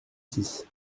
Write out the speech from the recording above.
six